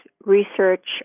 research